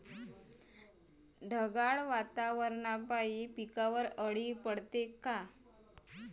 ढगाळ वातावरनापाई पिकावर अळी पडते का?